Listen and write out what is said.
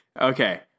Okay